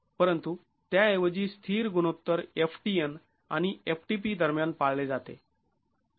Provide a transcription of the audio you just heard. परंतु त्याऐवजी स्थिर गुणोत्तर ftn आणि ftp दरम्यान पाळले जाते